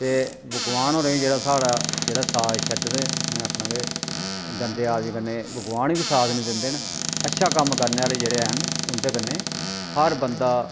ते भगोआन होरें बी जेह्ड़ा साढ़ा जेह्ड़ा साढ़ा साथ छोड़दे उ'नें आखना गंदे आदमी कन्नै भगोआन बी साथ निं दिंदे न अच्छा कम्म करने आह्ले जेह्ड़े हैन उंदे कन्नै हर बंदा